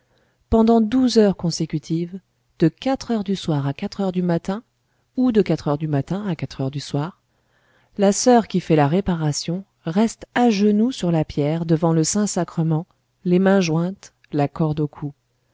pendant douze heures consécutives de quatre heures du soir à quatre heures du matin ou de quatre heures du matin à quatre heures du soir la soeur qui fait la réparation reste à genoux sur la pierre devant le saint-sacrement les mains jointes la corde au cou